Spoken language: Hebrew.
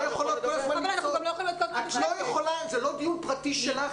זה לא דיון פרטי שלך.